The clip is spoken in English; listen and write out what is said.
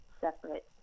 separate